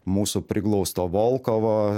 mūsų priglausto volkovo